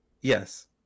yes